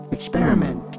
Experiment